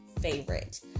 favorite